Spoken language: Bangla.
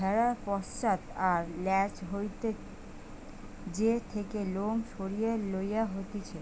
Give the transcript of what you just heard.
ভেড়ার পশ্চাৎ আর ল্যাজ হইতে যে থেকে লোম সরিয়ে লওয়া হতিছে